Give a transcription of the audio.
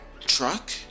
Truck